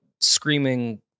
screaming